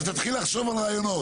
אז תתחיל לחשוב על רעיונות.